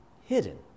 hidden